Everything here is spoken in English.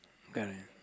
correct